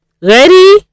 ready